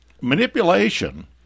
manipulation